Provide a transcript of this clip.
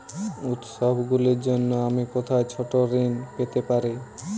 উত্সবগুলির জন্য আমি কোথায় ছোট ঋণ পেতে পারি?